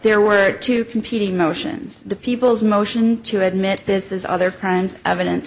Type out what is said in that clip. there were two competing motions the people's motion to admit this is other crimes evidence